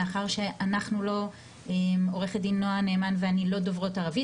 מאחר שעורכת דין נעה נאמן ואני לא דוברות ערבית